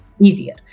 easier